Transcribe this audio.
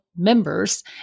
members